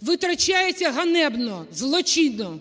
витрачаються ганебно, злочинно.